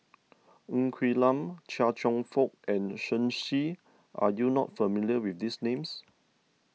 Ng Quee Lam Chia Cheong Fook and Shen Xi are you not familiar with these names